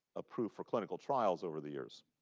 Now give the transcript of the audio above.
approved for clinical trials over the years.